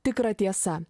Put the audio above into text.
tikra tiesa